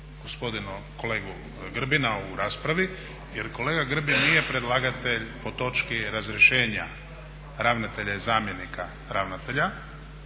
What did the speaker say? gospodina, kolegu Grbina u raspravi jer kolega Grbin nije predlagatelj po točki razrješenja ravnatelja i zamjenika ravnatelja.